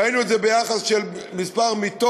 ראינו את זה ביחס של מספר המיטות,